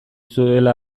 zuela